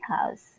house